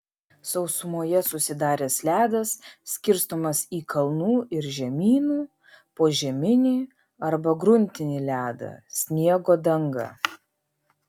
sausumoje susidaręs ledas skirstomas į kalnų ir žemynų požeminį arba gruntinį ledą sniego dangą